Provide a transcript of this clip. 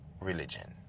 religion